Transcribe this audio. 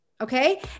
okay